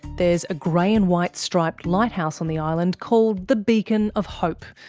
there's a grey and white striped lighthouse on the island called the beacon of hope,